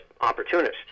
opportunists